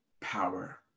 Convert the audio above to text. power